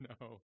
no